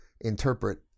interpret